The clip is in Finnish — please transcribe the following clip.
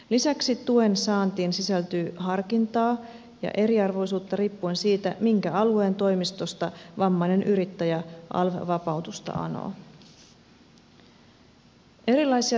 lisäksi tuen saantiin sisältyy harkintaa ja eriarvoisuutta riippuen siitä minkä alueen toimistosta vammainen yrittäjä alv vapautusta anoo